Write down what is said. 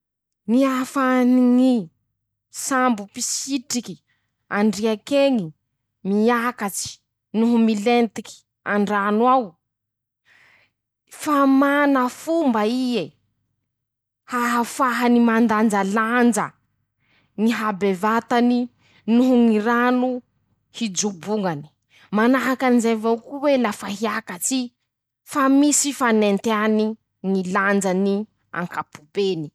Ñy hahafahany ñy sambo mpisitriky andriaky eñy miakatsy noho milentiky an-dràno ao: -Fa mana fomba ie hahafahany mandanjalanja ñy habevatany noho ñy rano hijoboñany. manahaky anizay avao ko'ey lafa hiakatsy. fa misy fanenteany ñy lanjany ankapobeny.